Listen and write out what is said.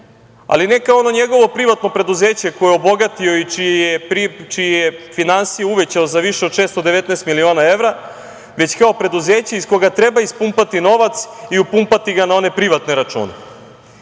ali ne kao ono njegovo privatno preduzeće koje je obogatio i čiji je finansije uvećao za više od 619 miliona evra, već kao preduzeće iz koga treba ispumpati novac i upumpati ga na one privatne račune. Da